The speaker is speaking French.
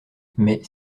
mais